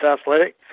athletic